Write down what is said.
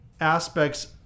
aspects